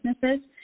businesses